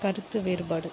கருத்து வேறுபாடு